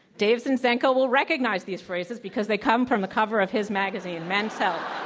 dave zinczenko will recognize these phrases because they come from the cover of his magazine, men's health.